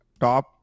top